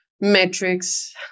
metrics